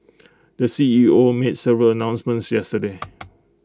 the C E O made several announcements yesterday